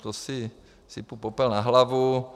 To si sypu popel na hlavu.